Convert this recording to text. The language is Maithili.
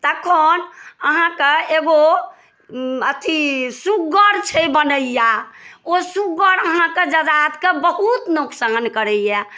तखन अहाँके एगो अथी सुग्गर छै बनैआ ओ सुग्गर अहाँके जजातके बहुत नोकसान करैए